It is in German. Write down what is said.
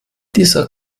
dieser